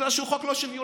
בגלל שהוא חוק לא שוויוני,